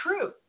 true